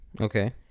Okay